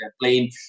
playing